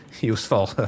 useful